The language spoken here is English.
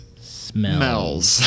smells